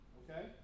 okay